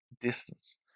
distance